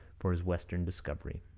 for his western discovery.